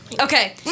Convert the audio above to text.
Okay